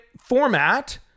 format